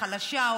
חלשה,